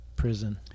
prison